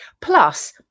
Plus